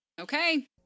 Okay